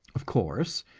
of course,